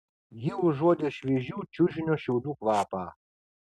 ji užuodė šviežių čiužinio šiaudų kvapą